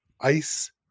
ice